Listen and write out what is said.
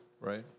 Right